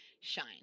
Shine